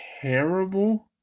terrible